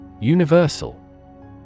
Universal